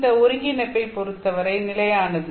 இந்த ஒருங்கிணைப்பைப் பொருத்தவரை நிலையானது